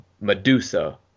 Medusa